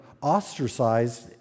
ostracized